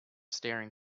staring